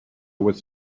was